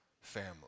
family